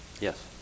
Yes